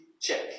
check